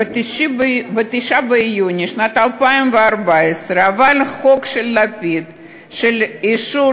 ב-9 ביוני 2014 עבר חוק של לפיד לאישור